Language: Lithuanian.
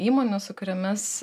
įmonių su kuriomis